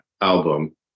album